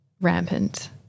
rampant